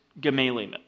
Gamaliel